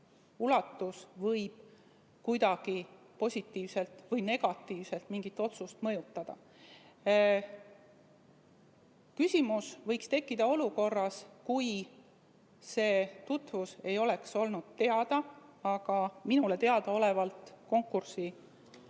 ulatus võib kuidagi positiivselt või negatiivselt mingit otsust mõjutada. Küsimus võiks tekkida olukorras, kui see tutvus ei oleks olnud teada, aga minule teadaolevalt konkursi